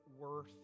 worth